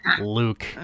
luke